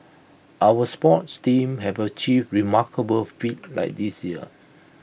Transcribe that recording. our sports teams have achieved remarkable feats that this year